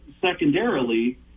secondarily